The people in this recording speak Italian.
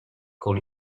con